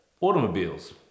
Automobiles